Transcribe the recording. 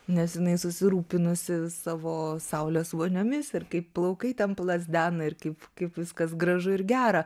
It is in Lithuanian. nes jinai susirūpinusi savo saulės voniomis ir kaip plaukai ten plazdena ir kaip kaip viskas gražu ir gera